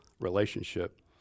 relationship